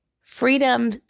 freedom